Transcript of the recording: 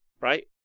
right